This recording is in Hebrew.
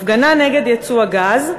הפגנה נגד ייצוא הגז,